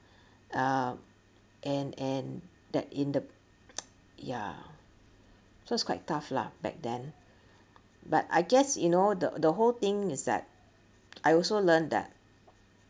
uh and and that in the ya so it's quite tough lah back then but I guess you know the the whole thing is like I also learn that